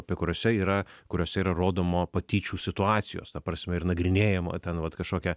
apie kuriuose yra kuriuose yra rodomo patyčių situacijos ta prasme ir nagrinėjama ten vat kažkokia